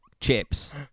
chips